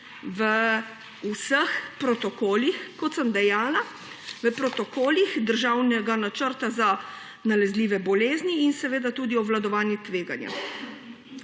v vseh protokolih, kot sem dejala, v protokolih državnega načrta za nalezljive bolezni in tudi obvladovanje tveganja.